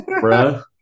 bro